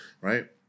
Right